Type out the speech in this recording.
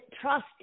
trust